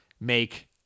make